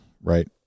right